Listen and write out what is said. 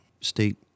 State